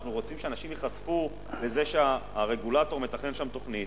אנחנו רוצים שאנשים ייחשפו לזה שהרגולטור מתכנן שם תוכנית,